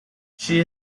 she